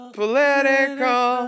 political